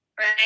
right